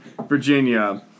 Virginia